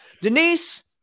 Denise